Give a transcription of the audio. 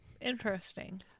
interesting